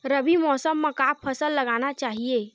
रबी मौसम म का फसल लगाना चहिए?